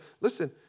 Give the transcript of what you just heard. listen